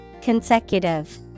Consecutive